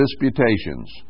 disputations